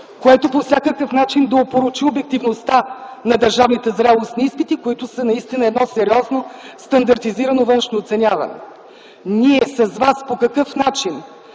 която по всякакъв начин да опорочи обективността на държавните зрелостни изпити, които са наистина едно сериозно стандартизирано външно оценяване. Ние с вас по какъв начин